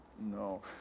No